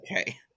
Okay